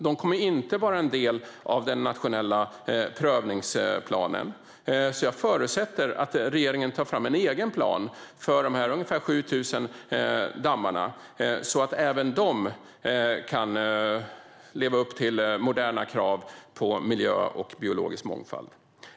De kommer inte att vara en del av den nationella prövningsplanen, och jag förutsätter därför att regeringen tar fram en egen plan för dessa ungefär 7 000 dammar så att även de kan leva upp till moderna krav på miljö och biologisk mångfald.